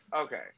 okay